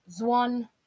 Zwan